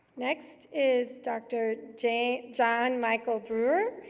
next is dr. john john michael brewer,